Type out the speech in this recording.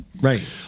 Right